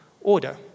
order